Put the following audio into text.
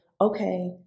okay